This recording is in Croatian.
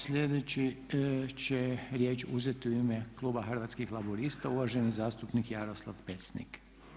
Slijedeći će riječ uzeti u ime kluba Hrvatskih laburista uvaženi zastupnik Jaroslav Pecnik.